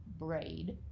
braid